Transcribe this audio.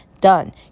done